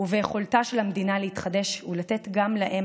וביכולתה של המדינה להתחדש ולתת גם להם